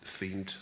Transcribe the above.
themed